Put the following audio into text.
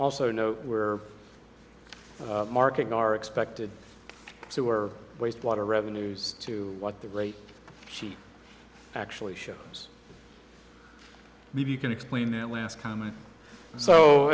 also know where the markets are expected to or wastewater revenues to what the rate sheet actually shows maybe you can explain that last comment so